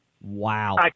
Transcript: Wow